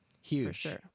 Huge